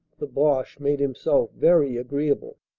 the boche made him self very agreeable.